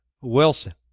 Wilson